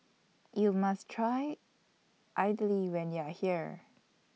YOU must Try Idly when YOU Are here